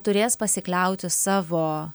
turės pasikliauti savo